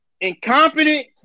incompetent